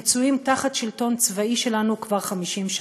מצויים תחת שלטון צבאי שלנו כבר 50 שנה.